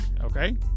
Okay